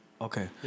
Okay